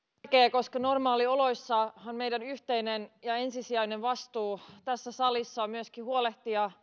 koska normaalioloissahan meidän yhteinen ja ensisijainen vastuumme tässä salissa on myöskin huolehtia